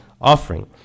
offering